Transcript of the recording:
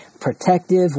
protective